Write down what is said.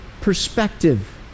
perspective